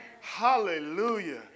Hallelujah